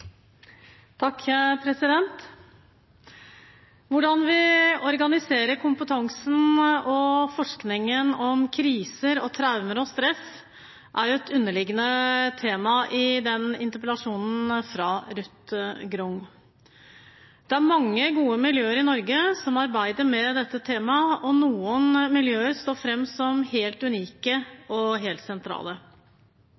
takk for et godt innlegg. Hvordan vi organiserer kompetansen og forskningen om kriser, traumer og stress, er et underliggende tema i denne interpellasjonen fra Ruth Grung. Det er mange gode miljøer i Norge som arbeider med dette temaet, og noen miljøer står fram som helt unike og helt sentrale.